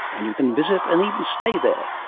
and you can visit and even stay there.